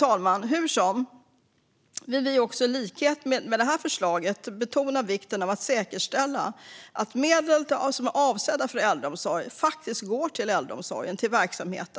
Hur som helst, fru talman, vill vi också i likhet med det förslaget betona vikten av att säkerställa att medel som är avsedda för äldreomsorgen faktiskt går till äldreomsorgen och dess verksamhet.